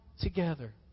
together